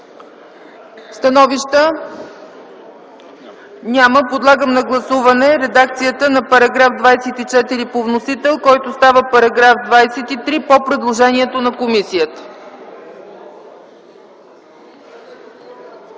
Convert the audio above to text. становища? Няма. Подлагам на гласуване редакцията на § 24 по вносител, който става § 23, по предложението на комисията.